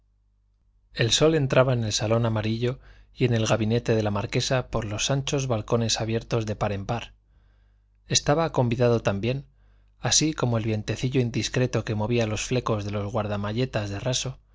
el sol entraba en el salón amarillo y en el gabinete de la marquesa por los anchos balcones abiertos de par en par estaba convidado también así como el vientecillo indiscreto que movía los flecos de los guardamalletas de raso